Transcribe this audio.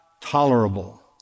tolerable